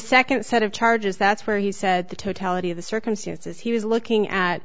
second set of charges that's where he said the totality of the circumstances he was looking at